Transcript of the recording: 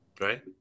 right